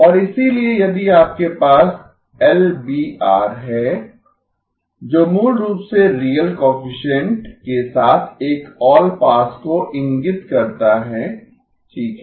और इसीलिए यदि आपके पास एलबीआर है जो मूल रूप से रियल कोएफिसिएन्ट के साथ एक ऑलपास को इंगित करता है ठीक है